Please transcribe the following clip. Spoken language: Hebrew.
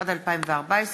התשע"ד 2014,